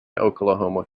oklahoma